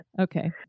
Okay